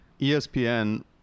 ESPN